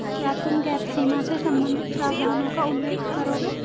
क्या तुम गैप सीमा से संबंधित प्रावधानों का उल्लेख करोगे?